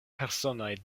personoj